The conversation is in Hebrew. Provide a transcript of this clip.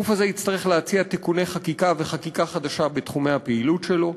הגוף הזה יצטרך להציע תיקוני חקיקה וחקיקה חדשה בתחומי הפעילות שלו.